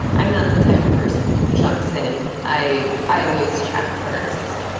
i'm not the type of person who jumps in. i i always check first.